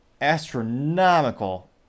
astronomical